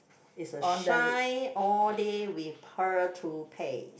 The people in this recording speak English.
it's a shine all day with pearl toothpaste